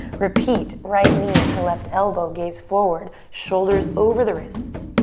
repeat right knee to left elbow, gaze forward, shoulders over the wrists.